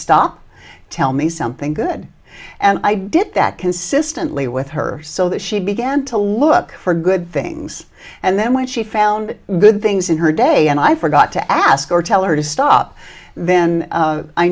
stop tell me something good and i did that consistently with her so that she began to look for good things and then when she found good things in her day and i forgot to ask or tell her to stop then